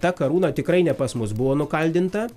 ta karūna tikrai ne pas mus buvo nukaldinta